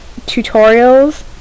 tutorials